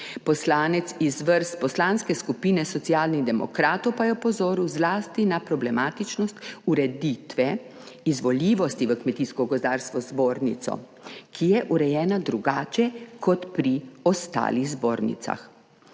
Poslanec iz vrst poslanske skupine Socialnih demokratov pa je opozoril zlasti na problematičnost ureditve izvoljivosti v Kmetijsko gozdarsko zbornico, ki je urejena drugače kot pri ostalih zbornicah.